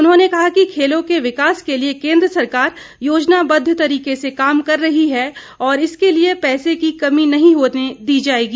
उन्होंने कहा कि खेलों के विकास के लिए केंद्र सरकार योजनाबद्व तरीके से काम कर रही है और इसके लिए पैसे की कमी नहीं होने दी जाएगी